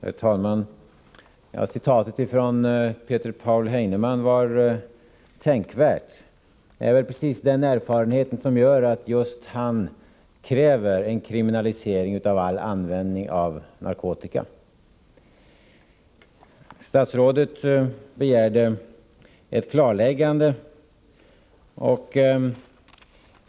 Herr talman! Citatet från Peter Paul Heinemann var tänkvärt. Det är precis den erfarenheten som gör att han kräver just en kriminalisering av all användning av narkotika. Statsrådet begärde ett klarläggande.